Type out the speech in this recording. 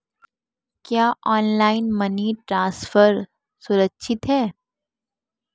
क्या online money transfer सुरक्षित है?